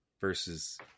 versus